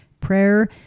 prayer